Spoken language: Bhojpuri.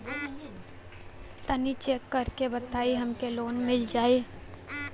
तनि चेक कर के बताई हम के लोन मिल जाई?